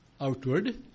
outward